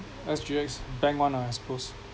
S_G_X bank [one] lah I suppose